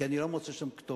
כי אני לא מוצא שם כתובת.